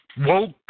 woke